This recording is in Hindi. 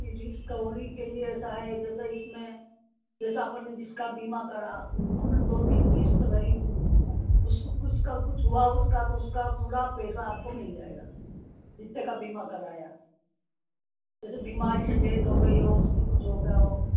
रिस्कवरी के लिए ऐसा है जैसे इसमें जैसे अपन ने जिसका बीमा करा अपन दो तीन किश्त भरी उसका कुछ का कुछ हुआ उसका तो उसका पूरा पैसा आपको मिल जाएगा जितने का बीमा कराया जैसे बीमारी से डेथ हो गई हो उसकी कुछ हो गया हो